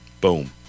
Boom